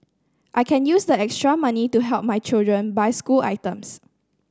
I can use the extra money to help my children buy school items